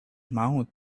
mouth